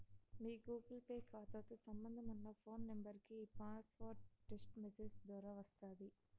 మీ Google Pay కాతాతో సంబంధమున్న phone నెంబరికి ఈ పాస్వార్డు టెస్టు మెసేజ్ దోరా వస్తాది